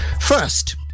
First